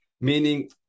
meaning